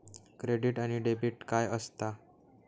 Credit आणि debit काय असता?